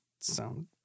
sound